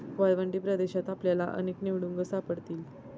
वाळवंटी प्रदेशात आपल्याला अनेक निवडुंग सापडतील